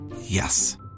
Yes